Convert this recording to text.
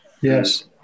Yes